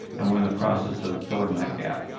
and we are in the process of filling that gap.